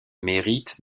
mérite